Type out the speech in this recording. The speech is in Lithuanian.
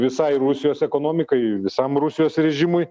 visai rusijos ekonomikai visam rusijos režimui